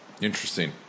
Interesting